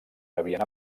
rebien